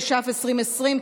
התש"ף 2020,